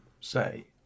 say